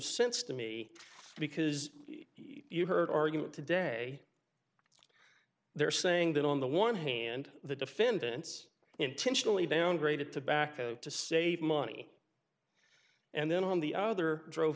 sense to me because you heard argument today they're saying that on the one hand the defendants intentionally downgraded tobacco to save money and then on the other drove